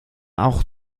auch